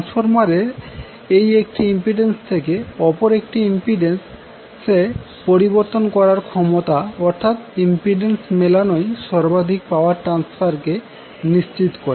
ট্রান্সফরমারের এই একটি ইম্পিড্যান্স থেকে অপর আরেকটি ইম্পিড্যান্স সে পরিবর্তন করার ক্ষমতা অর্থাৎ ইম্পিড্যান্স মেলানোই সর্বাধিক পাওয়ার ট্রান্সফার কে নিশ্চিত করে